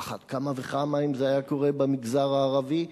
על אחת כמה וכמה אם זה היה קורה במגזר הערבי,